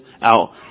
out